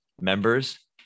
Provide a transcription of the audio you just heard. members